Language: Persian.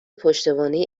پشتوانه